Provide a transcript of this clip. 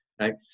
right